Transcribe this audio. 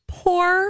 poor